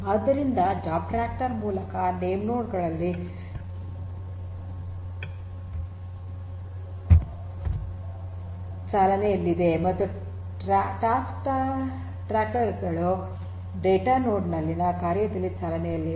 ಆದ್ದರಿಂದ job tracker ಮೂಲತಃ name node ಗಳಲ್ಲಿ ಚಾಲನೆಯಲ್ಲಿದೆ ಮತ್ತು ಟಾಸ್ಕ್ ಟ್ರ್ಯಾಕರ್ ಗಳು ಡೇಟಾ ನೋಡ್ ನಲ್ಲಿನ ಕಾರ್ಯದಲ್ಲಿ ಚಾಲನೆಯಲ್ಲಿವೆ